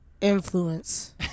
Influence